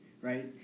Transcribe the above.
Right